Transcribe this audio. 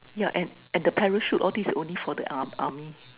yeah an and the parachute a~ all this only for the arm~ army